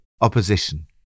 opposition